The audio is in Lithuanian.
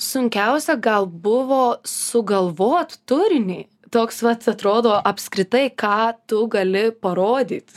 sunkiausia gal buvo sugalvot turinį toks vat atrodo apskritai ką tu gali parodyt